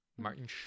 martin